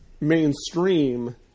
mainstream